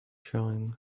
showing